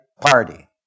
Party